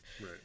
Right